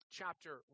chapter